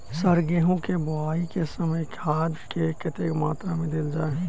Sir गेंहूँ केँ बोवाई केँ समय केँ खाद कतेक मात्रा मे देल जाएँ?